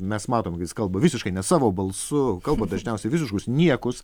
mes matom kad jis kalba visiškai ne savo balsu kalba dažniausiai visiškus niekus